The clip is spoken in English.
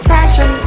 Passion